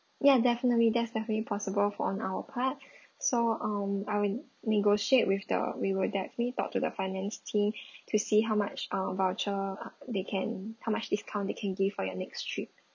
ya definitely that's definitely possible for on our part so um I will negotiate with the we will definitely talk to the finance team to see how much uh voucher uh they can how much discount they can give for your next trip